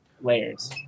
layers